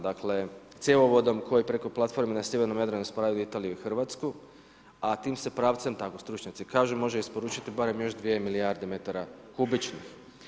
Dakle, cjevovodom koji preko platforme na sjevernom Jadranu spajaju Italiju i Hrvatsku, a tim se pravcem, tako stručnjaci kažu, može isporučiti barem još 2 milijarde metara kubičnih.